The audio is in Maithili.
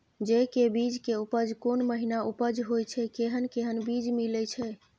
जेय के बीज के उपज कोन महीना उपज होय छै कैहन कैहन बीज मिलय छै?